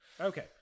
Okay